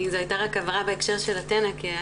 זו הייתה רק הבהרה בהקשר של "אתנה" כי היה